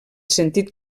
sentit